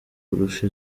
kurusha